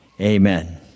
Amen